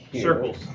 circles